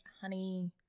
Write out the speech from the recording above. honey